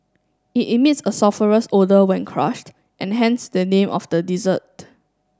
it emits a sulphurous odour when crushed and hence the name of the dessert